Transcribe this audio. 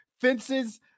fences